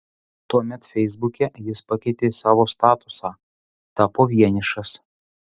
tuomet feisbuke jis pakeitė savo statusą tapo vienišas